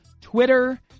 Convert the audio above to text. Twitter